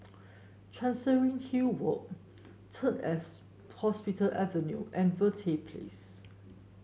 Chancery Hill Walk Third S Hospital Avenue and Verde Place